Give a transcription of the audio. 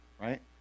right